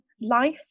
life